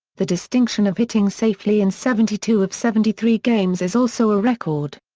the distinction of hitting safely in seventy two of seventy three games is also a record.